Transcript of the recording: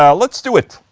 yeah let's do it.